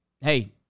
hey